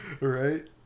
Right